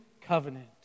covenant